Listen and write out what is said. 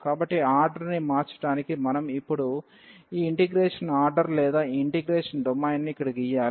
కాబట్టి ఆర్డర్ని మార్చడానికి మనం ఇప్పుడు ఈ ఇంటిగ్రేషన్ ఆర్డర్ లేదా ఈ ఇంటిగ్రేషన్ డొమైన్ను ఇక్కడ గీయాలి